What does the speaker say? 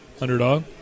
Underdog